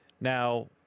Now